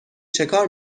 چکار